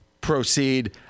proceed